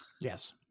Yes